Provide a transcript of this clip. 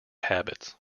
habits